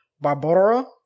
Barbara